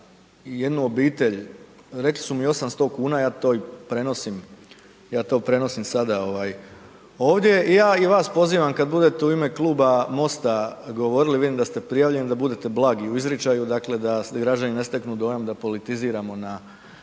jednu obitelj, rekli su mi 800 kuna, ja to i prenosim, ja to prenosim sada ovaj ovdje. Ja i vas pozivam kad budete u ime Kluba MOST-a govorili, vidim da ste prijavljeni, da budete blagi u izričaju, dakle da građani ne steknu dojam da politiziramo na